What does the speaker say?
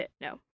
No